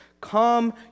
Come